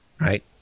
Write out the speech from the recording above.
right